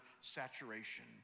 saturation